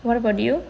what about you